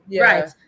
Right